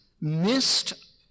missed